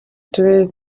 turere